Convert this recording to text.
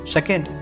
Second